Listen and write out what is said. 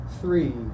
three